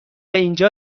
اینجا